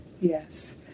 Yes